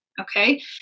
okay